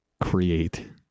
create